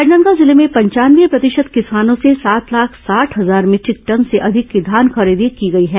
राजनांदगांव जिले में पंचानवे प्रतिशत किसानों से सात लाख साठ हजार मीटरिक टन से अधिक की धान खरीदी की गई है